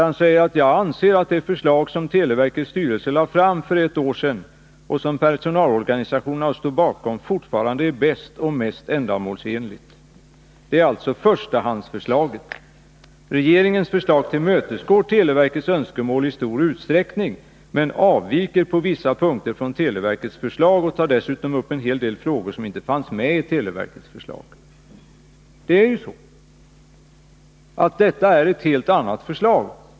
Han säger där: ”Jag anser att det förslag, som televerkets styrelse lade fram för ett år sedan och som personalorganisationerna stod bakom, fortfarande är bäst och mest ändamålsenligt. Det är alltså förstahandsförslaget. Regeringens förslag tillmötesgår televerkets önskemål i stor utsträckning men avviker på vissa punkter från televerkets förslag och tar dessutom upp en hel del frågor, som inte fanns med i televerkets förslag.” Det är ju så att detta är ett helt annat förslag.